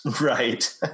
Right